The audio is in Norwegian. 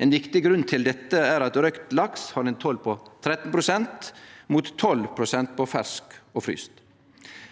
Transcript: Ein viktig grunn til dette er at røykt laks har ein toll på 13 pst., mot 2 pst. på fersk og fryst laks.